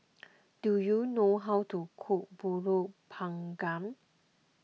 do you know how to cook Pulut Panggang